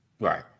Right